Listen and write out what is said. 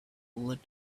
bullets